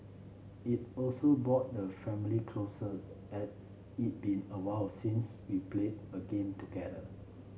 it also brought the family closer as it been awhile since we played a game together